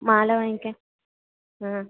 മാല വാങ്ങിക്കാൻ ആ